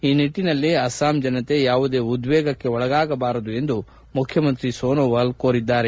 ಈ ನಿಟ್ಟನಲ್ಲಿ ಅಸ್ಲಾಂ ಜನತೆ ಯಾವುದೇ ಉದ್ವೇಗಕ್ಕೆ ಒಳಗಾಗಬಾರದು ಎಂದು ಮುಖ್ಖಮಂತ್ರಿ ಸೋನೋವಾಲ್ ಕೋರಿದ್ದಾರೆ